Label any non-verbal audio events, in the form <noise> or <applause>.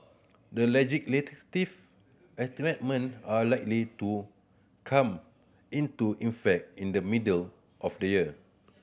the <unintelligible> are likely to come into effect in the middle of the year